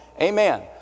Amen